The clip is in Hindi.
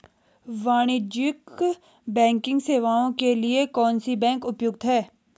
वाणिज्यिक बैंकिंग सेवाएं के लिए कौन सी बैंक उपयुक्त है?